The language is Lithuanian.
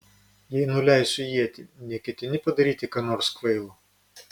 jei nuleisiu ietį neketini padaryti ką nors kvailo